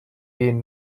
gehen